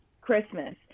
Christmas